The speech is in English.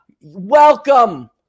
welcome